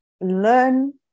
learn